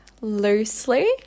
loosely